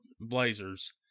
Blazers